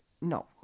No